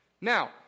Now